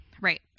right